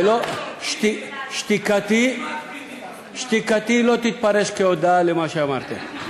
שתיקתי לא תתפרש כהודאה במה שאמרת.